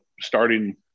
starting